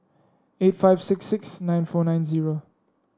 eight five six six nine four nine zero